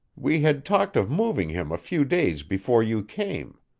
we had talked of moving him a few days before you came.